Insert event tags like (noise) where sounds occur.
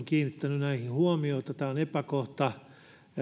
(unintelligible) kiinnittänyt näihin huomiota tämä on epäkohta